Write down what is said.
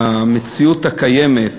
במציאות הקיימת,